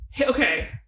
Okay